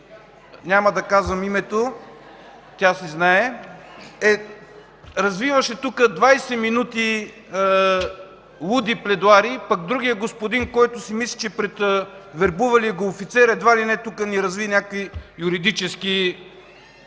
няма да казвам името, тя си знае името, развиваше тук 20 минути луди пледоарии, а пък другият господин, който си мисли, че е пред вербувалия го офицер, едва ли не тук ни разви някакви юридически...